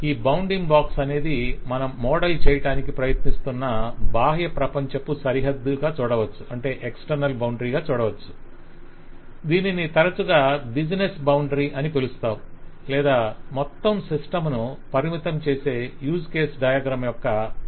ఈ bounding box అనేది మనము మోడల్ చేయడానికి ప్రయత్నిస్తున్న బాహ్య ప్రపంచపు సరిహద్దుగా చూడవచ్చు దీనిని తరచుగా బిజినెస్ బౌండరీ అని పిలుస్తారు లేదా మొత్తం సిస్టమ్ ను పరిమితం చేసే యూజ్ కేస్ డయాగ్రమ్ యొక్క అంశంగా చూడవచ్చు